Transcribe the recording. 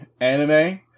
anime